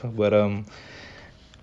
I think it's quite a